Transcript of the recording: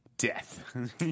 death